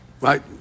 right